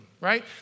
right